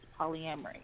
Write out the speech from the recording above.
polyamory